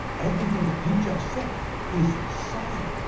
everything that you just said, is insane!